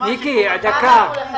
ומה שקורה פה הוא הפוך.